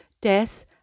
death